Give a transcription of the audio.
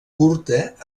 curta